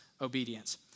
obedience